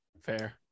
fair